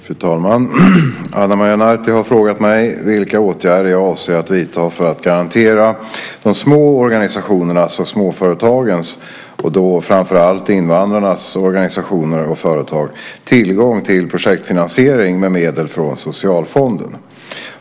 Fru talman! Ana Maria Narti har frågat mig vilka åtgärder jag avser att vidta för att garantera de små organisationernas och småföretagens - och då framför allt invandrarnas organisationer och företag - tillgång till projektfinansiering med medel från Socialfonden.